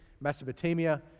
Mesopotamia